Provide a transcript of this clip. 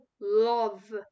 love